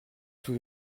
tout